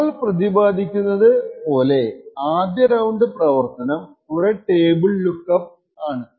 നമ്മൾ പ്രതിപാദിച്ചിരിക്കുന്നത് പോലെ ആദ്യ റൌണ്ട് പ്രവർത്തനം കുറെ ടേബിൾ ലുക്ക് അപ്സ് ആണ്